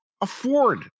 afford